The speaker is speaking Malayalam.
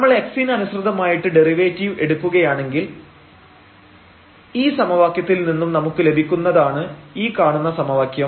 നമ്മൾ x ന് അനുസൃതമായിട്ട് ഡെറിവേറ്റീവ് എടുക്കുകയാണെങ്കിൽ ഈ സമവാക്യത്തിൽ നിന്നും നമുക്ക് ലഭിക്കുന്നതാണ് ഈ കാണുന്ന സമവാക്യം